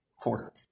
Four